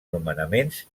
nomenaments